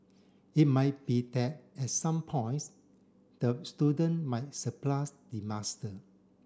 it might be that at some points the student might surpass the master